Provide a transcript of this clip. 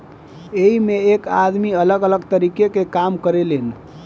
एइमें एक आदमी अलग अलग तरीका के काम करें लेन